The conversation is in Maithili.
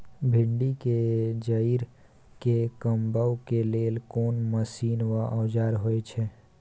भिंडी के जईर के कमबै के लेल कोन मसीन व औजार होय छै?